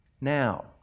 Now